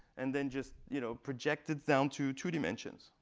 and then just you know project it down to two dimensions.